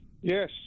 Yes